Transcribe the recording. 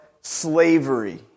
slavery